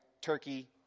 Turkey